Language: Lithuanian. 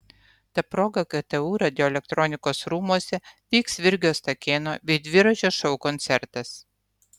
ta proga ktu radioelektronikos rūmuose vyks virgio stakėno bei dviračio šou koncertas